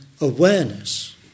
awareness